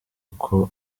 uko